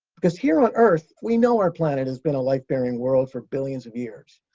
because here, on earth, we know our planet has been a life-bearing world for billions of years.